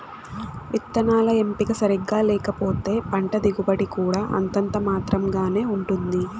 విత్తనాల ఎంపిక సరిగ్గా లేకపోతే పంట దిగుబడి కూడా అంతంత మాత్రం గానే ఉంటుంది